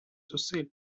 зусиль